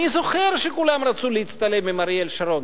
אני זוכר שכולם רצו להצטלם עם אריאל שרון.